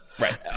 Right